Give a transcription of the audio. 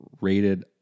rated